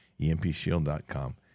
empshield.com